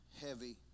heavy